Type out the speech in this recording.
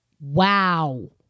wow